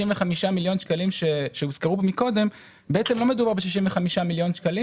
לא מדובר ב-65 מיליון שקלים,